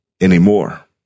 anymore